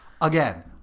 Again